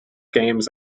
games